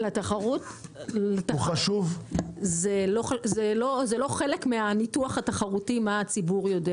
זה לא חלק מהניתוח התחרותי מה הציבור יודע.